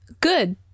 Good